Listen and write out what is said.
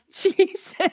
jesus